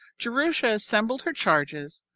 jerusha assembled her charges,